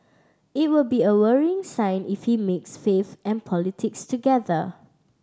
it will be a worrying sign if he mixes faith and politics together